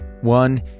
One